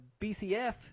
BCF